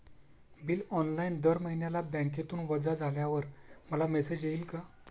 Bill online दर महिन्याला बँकेतून वजा झाल्यावर मला मेसेज येईल का?